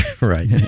Right